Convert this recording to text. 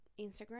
Instagram